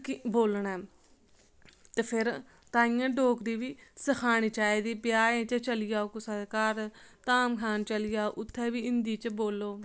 कि बोलना ऐ ते फिर ताइयें डोगरी बी सखानी चाहिदी ब्याह्एं च चली जाओ कुसै दे घर धाम खान चली जाओ उत्थैं बी हिंदी च बोलो